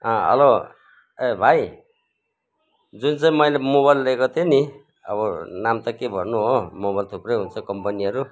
hello ए भाइ जुन चाहिँ मैले मोबाइल लिएको थिएँ नि अब नाम त के भन्नु हो मोबाइल थुप्रै हुन्छ कम्पनीहरू